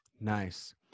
Nice